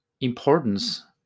importance